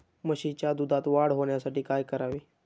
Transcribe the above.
म्हशीच्या दुधात वाढ होण्यासाठी काय करावे?